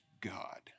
God